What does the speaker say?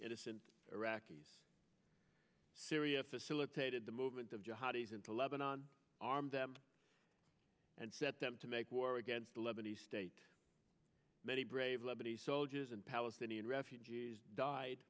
innocent iraqis syria facilitated the movement of jihad ease into lebanon armed them and set them to make war against the lebanese state many brave lebanese soldiers and palestinian refugees died